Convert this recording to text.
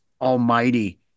almighty